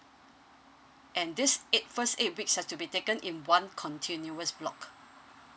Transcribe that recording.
and this eight first eight weeks has to be taken in one continuous block